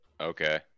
Okay